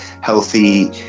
healthy